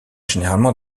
généralement